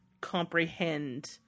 comprehend